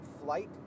flight